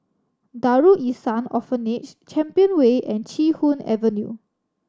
Darul Ihsan Orphanage Champion Way and Chee Hoon Avenue